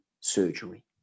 surgery